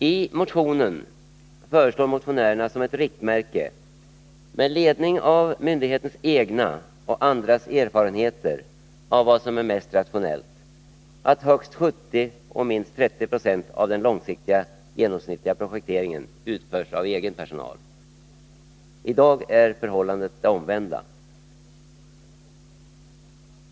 I motionen föreslår motionärerna som ett riktmärke, med ledning av myndighetens egna och andras erfarenhet av vad som är mest rationellt, att högst 70 och minst 30 26 av den långsiktiga genomsnittliga projekteringen utförs av egen personal. I dag är förhållandet det omvända.